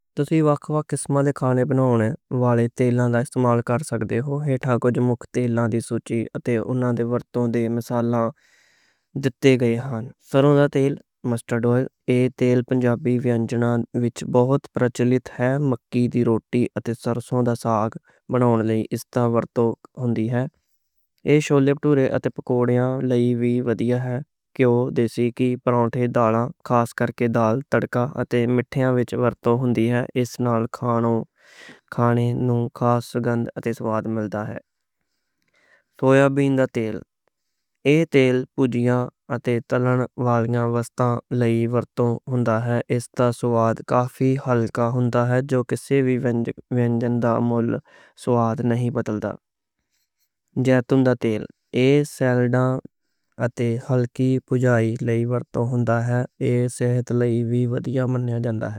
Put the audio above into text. تُسی مختلف قسم دے کھانے بناؤن والے تیل نوں استعمال کر سکدے او۔ ہِتھّوں مختلف تیلّاں دی لسٹ تے انہاں دے ورتوں دیاں مثالاں دِتّے گے نیں، جیویں سرسوں دا تیل، اولِو آئل۔ ایہ تیل پنجابی ویَنجن وچ بہت مشہور نیں، مَکّی دی روٹی اتے سرسوں دا ساگ بناؤن لئی ورتے جاندے نیں، پراٹھے تے تَوّے تے وی، تِلاں دا تیل وی۔